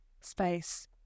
space